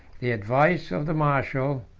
the advice of the marshal,